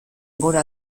gora